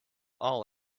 all